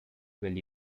will